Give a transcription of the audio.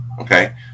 Okay